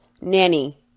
nanny